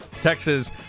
Texas